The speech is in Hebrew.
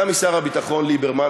גם משר הביטחון ליברמן.